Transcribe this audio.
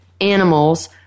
animals